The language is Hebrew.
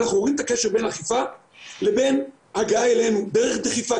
אנחנו רואים את הקשר בין אכיפה לבין הגעה אלינו דרך דחיפה,